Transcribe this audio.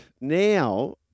now